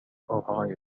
ohio